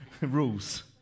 rules